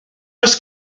oes